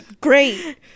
great